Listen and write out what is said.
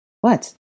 What